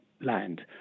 land